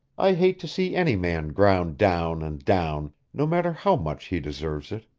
i hate to see any man ground down and down, no matter how much he deserves it